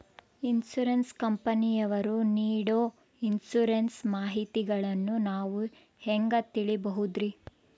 Insurance ಕಂಪನಿಯವರು ನೇಡೊ insurance ಮಾಹಿತಿಗಳನ್ನು ನಾವು ಹೆಂಗ ತಿಳಿಬಹುದ್ರಿ?